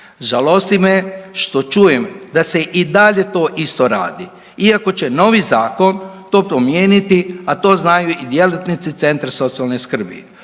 Žalosti me što čujem da se i dalje to isto radi iako će novi zakon promijeniti, a to znaju i djelatnici centra socijalne skrbi.